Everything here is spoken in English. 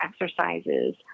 exercises